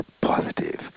positive